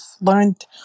learned